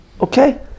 Okay